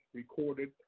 recorded